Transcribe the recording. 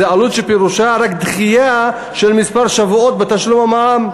זו עלות שפירושה רק דחייה של כמה שבועות בתשלום המע"מ,